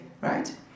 Right